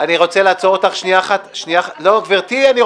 אלא הכוונה שלו היא לסייע למבצע --- מה זה?